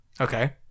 Okay